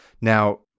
Now